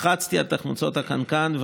לחצתי על תחמוצות החנקן,